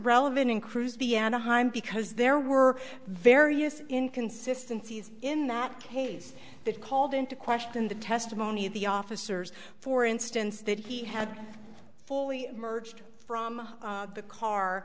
relevant in cruise the anaheim because there were various inconsistency in that case that called into question the testimony of the officers for instance that he had fully merged from the car